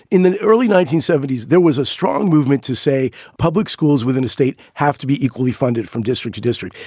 in the early nineteen seventy s, there was a strong movement to say public schools within a state have to be equally funded from district to district.